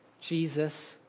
Jesus